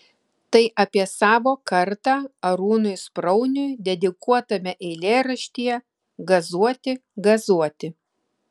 tai apie savo kartą arūnui sprauniui dedikuotame eilėraštyje gazuoti gazuoti